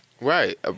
Right